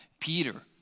Peter